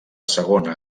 segona